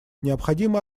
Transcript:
необходимо